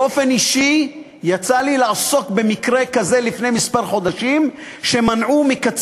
באופן אישי יצא לי לעסוק לפני כמה חודשים במקרה כזה,